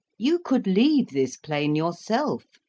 you could leave this plane yourself,